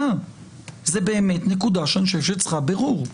זאת באמת נקודה שאני חושב שצריכה בירור.